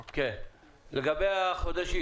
לגבי חמש השנים